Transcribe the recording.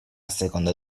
seconda